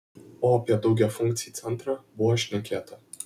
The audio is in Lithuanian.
o apie daugiafunkcį centrą buvo šnekėta